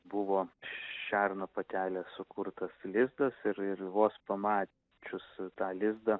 buvo šerno patelės sukurtas lizdas ir ir vos pamačius tą lizdą